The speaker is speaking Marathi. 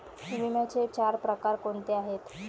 विम्याचे चार प्रकार कोणते आहेत?